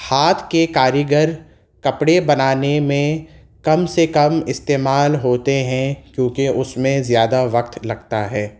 ہاتھ کے کاریگرکپڑے بنانے میں کم سے کم استعمال ہوتے ہیں کیوں کہ اس میں زیادہ وقت لگتا ہے